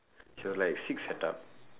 she was like